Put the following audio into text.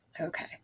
okay